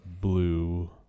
blue